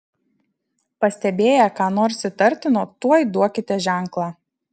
pastebėję ką nors įtartino tuoj duokite ženklą